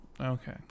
Okay